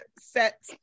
set